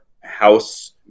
house